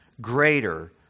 greater